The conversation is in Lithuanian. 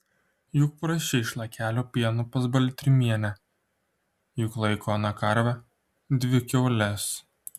juk prašei šlakelio pieno pas baltrimienę juk laiko ana karvę dvi kiaules